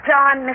John